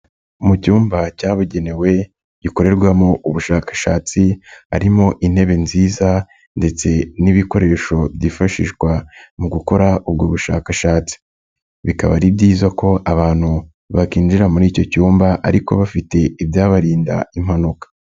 Mu cyumba cyabugenewe gikorerwamo ubushakashatsi, harimo intebe nziza ndetse n'ibikoresho byifashishwa mu gukora ubwo bushakashatsi, bikaba ari byiza ko abantu bakwinjira muri icyo cyumba ariko bafite ibyabarinda impanuka.